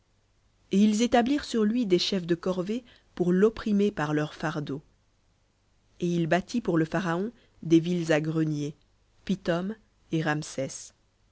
et ils établirent sur lui des chefs de corvées pour l'opprimer par leurs fardeaux et il bâtit pour le pharaon des villes à greniers pithom et ramsès